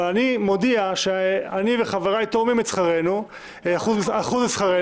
אבל אני מודיע שאני וחבריי תורמים אחוז משכרנו.